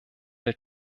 der